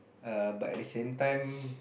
err but at the same time